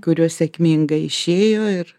kurios sėkmingai išėjo ir